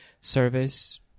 service